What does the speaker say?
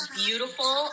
beautiful